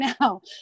now